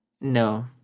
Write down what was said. No